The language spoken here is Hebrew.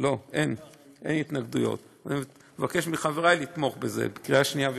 אני מבקש מחבריי לתמוך בזה בקריאה שנייה ושלישית.